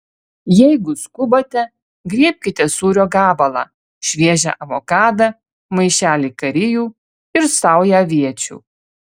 jeigu skubate griebkite sūrio gabalą šviežią avokadą maišelį karijų ir saują aviečių